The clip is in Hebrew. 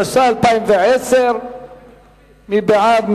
התש"ע 2010. מי בעד?